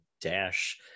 dash